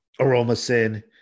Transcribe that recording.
Aromasin